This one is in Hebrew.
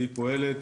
והיא פועלת